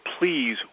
please